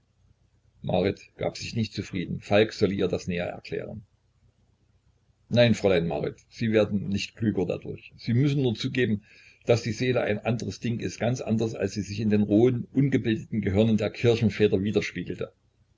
marit gab sich nicht zufrieden falk solle ihr das näher erklären nein fräulein marit sie werden nicht klüger dadurch sie müssen nur zugeben daß die seele ein anderes ding ist ganz anders als sie sich in den rohen ungebildeten gehirnen der kirchenväter widerspiegelte